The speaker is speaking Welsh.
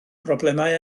broblemau